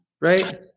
right